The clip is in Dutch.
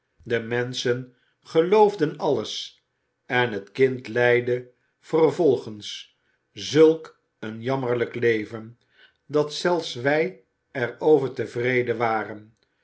de menschen geloofden alles en het kind leidde vervolgens zulk een jammerlijk leven dat zelfs wij er over tevreden waren